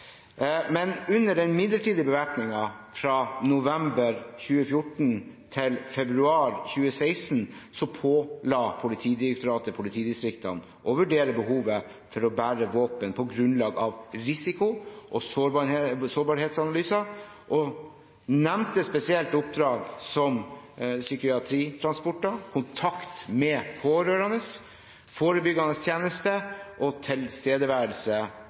Men under den midlertidige bevæpningen fra november 2014 til februar 2016 påla Politidirektoratet politidistriktene å vurdere behovet for å bære våpen på grunnlag av risiko- og sårbarhetsanalyser og nevnte spesielt oppdrag som psykiatritransporter, kontakt med pårørende, forebyggende tjeneste og tilstedeværelse